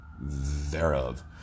thereof